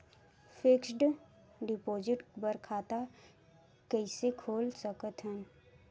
Fixed deposit बर खाता कइसे खोल सकत हन?